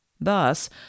thus